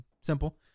simple